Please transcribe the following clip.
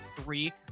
three